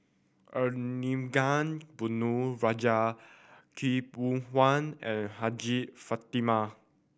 Arumugam Ponnu Rajah Khaw Boon Wan and Hajjah Fatimah